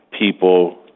people